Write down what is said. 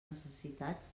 necessitats